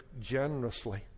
generously